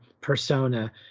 persona